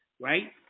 right